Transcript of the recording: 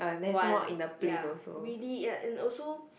one ya really and in also